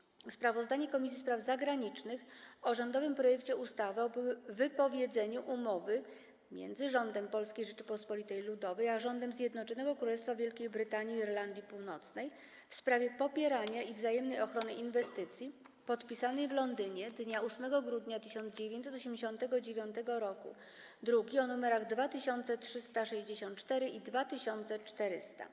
32. Sprawozdanie Komisji Spraw Zagranicznych o rządowym projekcie ustawy o wypowiedzeniu Umowy między Rządem Polskiej Rzeczypospolitej Ludowej a Rządem Zjednoczonego Królestwa Wielkiej Brytanii i Irlandii Północnej w sprawie popierania i wzajemnej ochrony inwestycji, podpisanej w Londynie dnia 8 grudnia 1987 r. (druki nr 2364 i 2400)